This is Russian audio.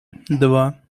два